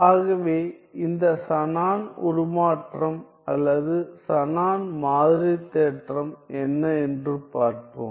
ஆகவே இந்த ஷானன் உருமாற்றம் அல்லது ஷானன் மாதிரி தேற்றம் என்ன என்று பார்ப்போம்